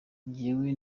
njyewe